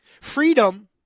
Freedom